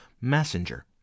messenger